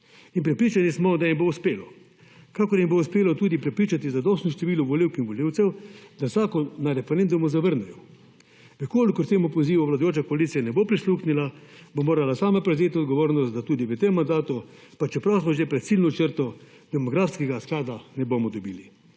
in prepričani smo, da ji bo uspelo kakor jim bo uspelo tudi prepričati zadostno število volivk in volivcev, da vsako na referendumu zavrnejo. V kolikor vsem pozivom vladajoča koalicija ne bo prisluhnila, bo morala sama prevzeti odgovornost, da tudi v tem mandatu, pa čeprav smo že pred ciljno črto, demografskega sklada ne bomo dobili.